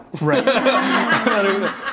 Right